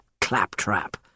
claptrap